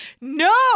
No